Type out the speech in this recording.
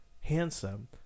handsome